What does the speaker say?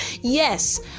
Yes